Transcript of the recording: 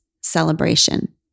celebration